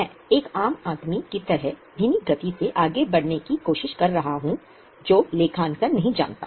मैं एक आम आदमी की तरह धीमी गति से आगे बढ़ने की कोशिश कर रहा हूं जो लेखांकन नहीं जानता है